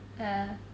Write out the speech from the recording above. ya